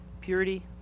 purity